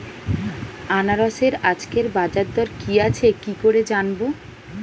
আনারসের আজকের বাজার দর কি আছে কি করে জানবো?